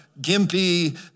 gimpy